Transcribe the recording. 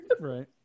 right